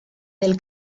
del